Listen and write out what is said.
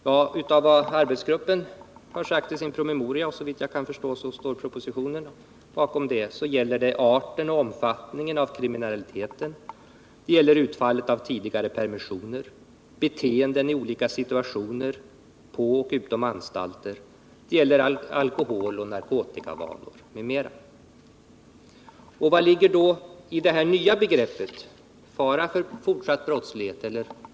Enligt vad arbetsgruppen har sagt i sin promemoria, och såvitt jag förstår överensstämmer den med propositionen, gäller det arten och omfattningen av kriminaliteten, utfallet av tidigare permissioner, beteenden i olika situationer på och utom anstalter, alkoholoch narkotikavanor m.m. Vad ligger då i det nya begreppet ”påtaglig fara för fortsatt brottslig verksamhet”?